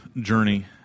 journey